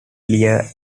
lear